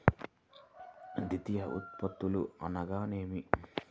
ద్వితీయ ఉత్పత్తులు అనగా నేమి?